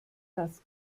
das